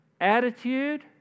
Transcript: attitude